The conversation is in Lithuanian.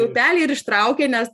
upelį ir ištraukė nes